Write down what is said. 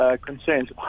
concerns